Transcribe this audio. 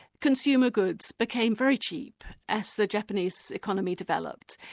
consumer goods became very cheap as the japanese economy developed.